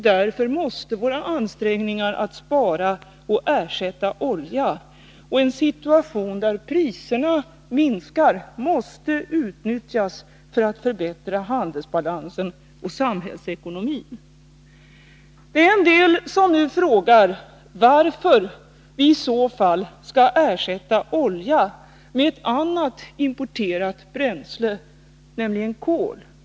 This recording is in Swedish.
Därför måste våra ansträngningar att spara och att ersätta olja fortsätta. En situation där priset minskar måste utnyttjas för att förbättra handelsbalansen och samhällsekonomin. Det finns de som nu frågar varför vi i så fall skall ersätta olja med ett annat importerat bränsle, nämligen kol.